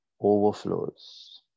overflows